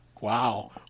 Wow